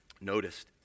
noticed